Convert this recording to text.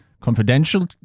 confidential